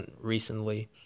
recently